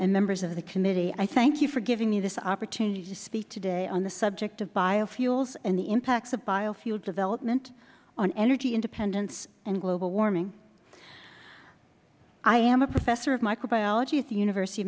and members of the committee i thank you for giving me this opportunity to speak today on the subject of biofuels and the impacts of biofuel development on energy independence and global warming i am a professor of microbiology at the university of